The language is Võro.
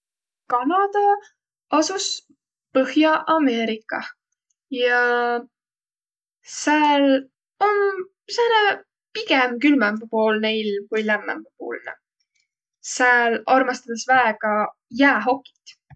Kanada asus Põhja-Ameerikah ja sääl om sääne pigem külmembäpuulnõ ilm kui lämmämbäpuulnõ. Sääl armastõdas väega ijähokit.